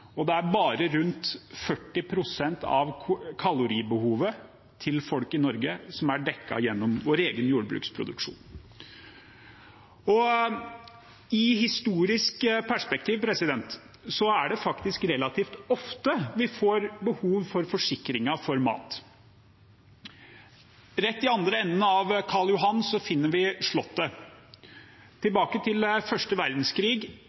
Bare rundt 40 pst. av kaloribehovet til folk i Norge er dekket gjennom vår egen jordbruksproduksjon. I historisk perspektiv er det faktisk relativt ofte vi får behov for forsikringer for mat. I andre enden av Karl Johan finner vi Slottet. Om vi går tilbake til første verdenskrig,